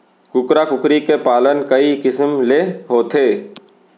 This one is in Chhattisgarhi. कुकरा कुकरी के पालन कई किसम ले होथे